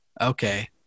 Okay